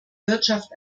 wirtschaft